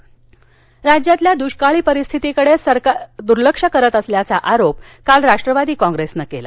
राष्ट्रवादी राज्यातल्या दुष्काळी परिस्थितीकडे सरकार दुर्लक्ष करत असल्याचा आरोप काल राष्ट्रवादी कॉप्रेसनं केला